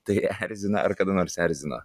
tai erzina ar kada nors erzino